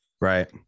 Right